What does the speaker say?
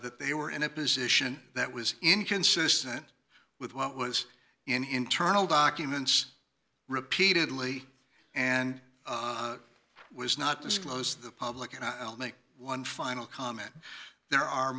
that they were in a position that was inconsistent with what was in internal documents repeatedly and was not disclose the public and i'll make one final comment there are